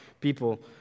people